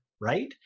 Right